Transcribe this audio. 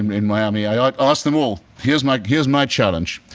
um in miami. i asked them all. here is my here is my challenge.